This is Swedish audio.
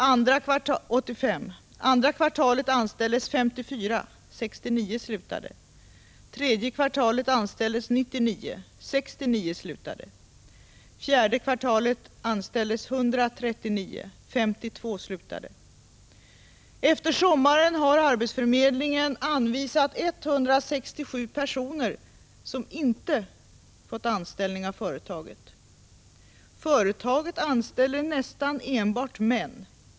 Andra kvartalet anställdes 54, och 69 slutade. Tredje kvartalet anställdes 99, och 69 slutade. Fjärde kvartalet anställdes 139, och 52 slutade. Efter sommaren har arbetsförmedlingen anvisat 167 personer som inte fått anställning av företaget. Företaget anställer nästan enbart män.